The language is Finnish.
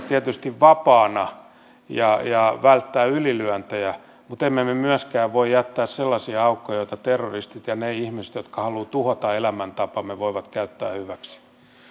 tietysti pysyä vapaana ja ja välttää ylilyöntejä mutta emme me me myöskään voi jättää sellaisia aukkoja joita terroristit ja ne ihmiset jotka haluavat tuhota elämäntapamme voivat käyttää hyväksi